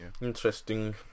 Interesting